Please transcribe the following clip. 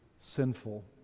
sinful